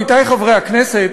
עמיתי חברי הכנסת,